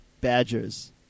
Badgers